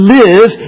live